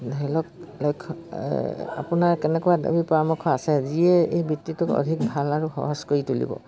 ধৰি লওক লক্ষ্য আপোনাৰ কেনেকুৱা কি পৰামৰ্শ আছে যিয়ে এই বৃত্তিটোক অধিক ভাল আৰু সহজ কৰি তুলিব